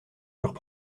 furent